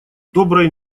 доброй